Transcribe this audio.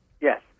Yes